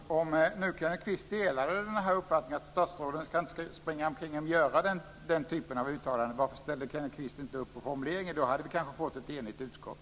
Fru talman! Om nu Kenneth Kvist delar uppfattningen att statsråden inte ska springa omkring och göra den typen av uttalanden, varför ställde Kenneth Kvist inte upp på formuleringen? Då hade vi kanske fått ett enigt utskott.